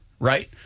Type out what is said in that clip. Right